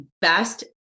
best